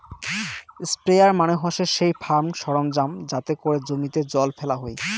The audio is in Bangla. স্প্রেয়ার মানে হসে সেই ফার্ম সরঞ্জাম যাতে করে জমিতে জল ফেলা হই